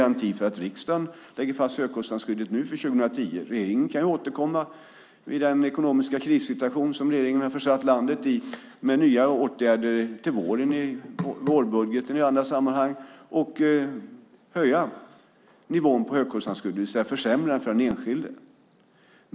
Att riksdagen lägger fast högkostnadsskyddet för 2010 är ingen garanti, för regeringen kan återkomma i den ekonomiska krissituation som regeringen har försatt landet i med nya åtgärder i vårbudgeten och i andra sammanhang och höja nivån på högkostnadsskyddet och försämra för den enskilde.